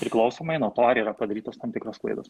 priklausomai nuo to ar yra padarytos tam tikros klaidos